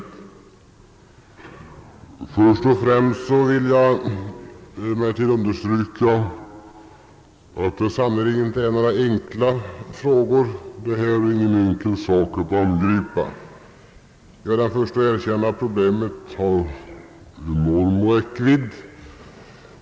Först och främst vill jag emellertid understryka att det här sannerligen inte är några enkla frågor att angripa. Jag är den förste att erkänna att problemet har enorm räckvidd.